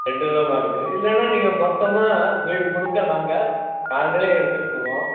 ரெண்டு விதமாக இருக்கு இல்லைனா நீங்கள் மொத்தமாக வீடு முழுக்க நாங்கள் நாங்களே எடுத்துட்டுருவோம்